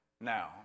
now